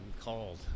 called